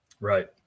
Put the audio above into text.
Right